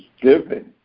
giving